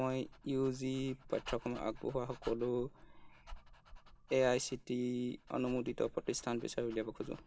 মই U G পাঠ্যক্ৰম আগবঢ়োৱা সকলো A I C T E অনুমোদিত প্ৰতিষ্ঠান বিচাৰি উলিয়াব খোজোঁ